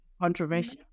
controversial